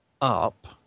up